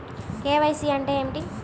KYC అంటే ఏమిటి?